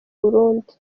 burundi